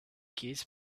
kids